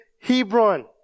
Hebron